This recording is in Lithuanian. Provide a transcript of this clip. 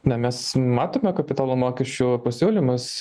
na mes matome kapitalo mokesčių pasiūlymus